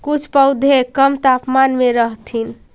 कुछ पौधे कम तापमान में रहथिन